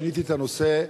שיניתי את הנושא,